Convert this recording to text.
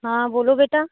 हाँ बोलो बेटा